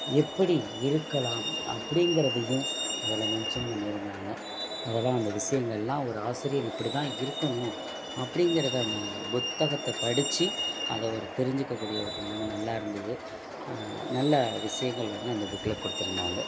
எப்படி இருக்கலாம் அப்படிங்கிறதையும் அதில் மென்ஷன் பண்ணி இருந்தாங்க அதெல்லாம் அந்த விஷயங்கெல்லாம் ஒரு ஆசிரியர் இப்படி தான் இருக்கணும் அப்படிங்கிறதைன்ன புத்தகத்தை படித்து அதை ஒரு தெரிஞ்சுக்கக்கூடிய ஒரு நிலைம நல்லா இருந்தது நல்ல விஷயங்கள் வந்து அந்த புக்கில் கொடுத்துருந்தாங்க